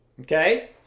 Okay